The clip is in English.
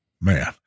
Man